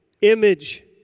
image